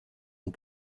ont